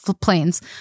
planes